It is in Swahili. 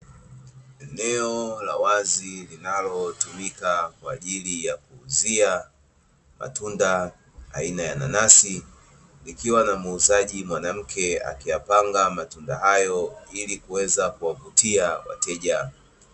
Eneo la wazi linalo tumika kwajili ya kuuzia matunda, aina ya nanasi likiwa na muuzaji mwanamke akiyapanga matunda hayo ili kuweze kuwavutia wateja.